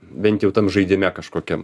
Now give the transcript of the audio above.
bent jau tam žaidime kažkokiam